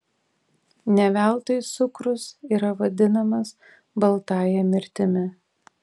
ne veltui cukrus yra vadinamas baltąja mirtimi